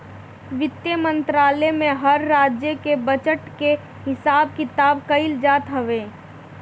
वित्त मंत्रालय में हर राज्य के बजट के हिसाब किताब कइल जात हवे